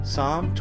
Psalm